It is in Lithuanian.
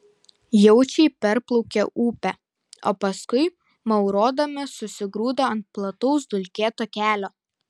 jaučiai perplaukė upę o paskui maurodami susigrūdo ant plataus dulkėto kelio